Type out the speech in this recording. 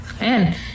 Man